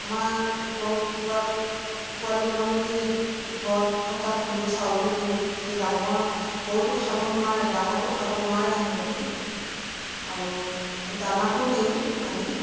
আমাৰ সৰু কুকুৰা পোৱালিবোৰক আমি সেই ঘৰত থকা খুন্দো চাউলটো দিওঁ এয়া ডাঙৰ সৰুটো খাব নোৱাৰে ডাঙৰটো খাব নোৱাৰে সিহঁতি আৰু দানাটো দিওঁ আনি